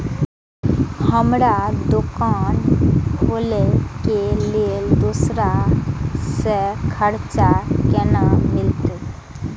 हमरा दुकान खोले के लेल दूसरा से कर्जा केना मिलते?